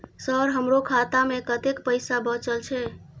Sir हमरो खाता में कतेक पैसा बचल छे?